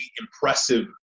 impressive